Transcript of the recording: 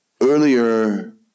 earlier